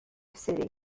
city